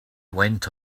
went